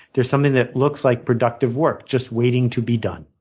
there's something that looks like productive work just waiting to be done.